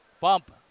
Bump